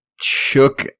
shook